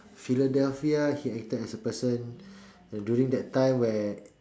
Philadelphia he acted as a person during that time where